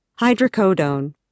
hydrocodone